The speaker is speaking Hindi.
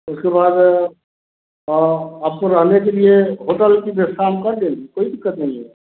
उसके बाद आपको रहने के लिए होटल की व्यवस्था हम कर देंगे कोई दिक्कत नहीं है